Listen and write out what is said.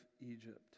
Egypt